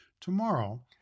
tomorrow